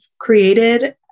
created